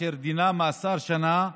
אשר דינה מאסר שנה,